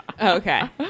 Okay